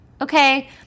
okay